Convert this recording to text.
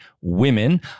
women